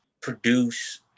produce